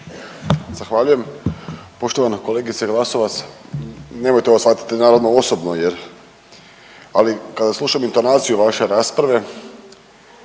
Zahvaljujem. Poštovana kolegice Glasovac nemojte ovo shvatiti naravno osobno, ali kada slušam intonaciju vaše rasprave